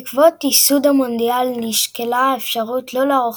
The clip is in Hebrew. בעקבות ייסוד המונדיאל נשקלה האפשרות לא לערוך